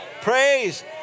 praise